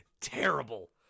terrible